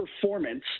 performance